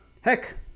Heck